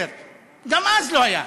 10. גם אז לא היה.